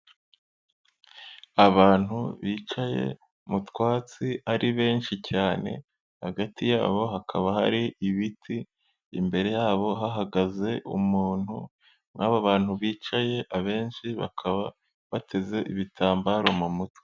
Abantu bicaye mu twatsi ari benshi cyane hagati y'abo hakaba hari ibiti, imbere y'abo hahagaze umuntu muri aba bantu bicaye abenshi bakaba bateze ibitambaro mu mutwe.